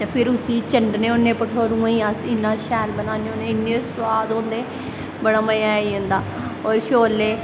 ते फिर चंडने होन्ने अस भठोरूएं शैल बनान्ने होन्ने इन्ने सोआद होंदे बड़ा मज़ा आई जंदा और छोले